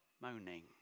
moaning